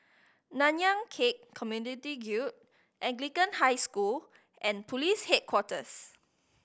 Nanyang Khek Community Guild Anglican High School and Police Headquarters